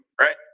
Right